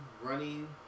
running